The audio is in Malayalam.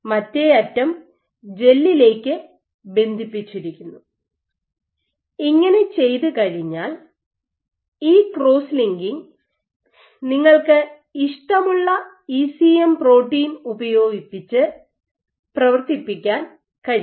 മറ്റേ അറ്റം ജെല്ലിലേക്ക് ബന്ധിപ്പിച്ചിരിക്കുന്നു ഇങ്ങനെ ചെയ്തുകഴിഞ്ഞാൽ ഈ ക്രോസ് ലിങ്കിംഗ് നിങ്ങൾക്ക് ഇഷ്ടമുള്ള ഇസിഎം പ്രോട്ടീൻ ഉപയോഗിച്ച് പ്രവർത്തിപ്പിക്കാൻ കഴിയും